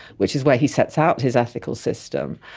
which is where he sets out his ethical system,